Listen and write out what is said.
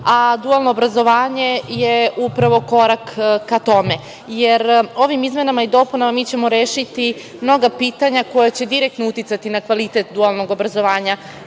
a dualno obrazovanje je upravo korak ka tome, jer ovim izmenama i dopunama mi ćemo rešiti mnoga pitanja koja će direktno uticati na kvalitet dualnog obrazovanja